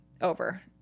over